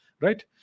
right